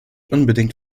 unbedingt